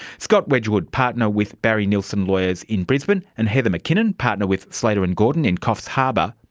scott wedgwood, partner with barry nilsson lawyers in brisbane and heather mckinnon, partner with slater and gordon in coffs harbour,